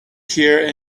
here